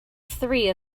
three